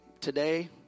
today